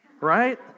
right